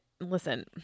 listen